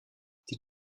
die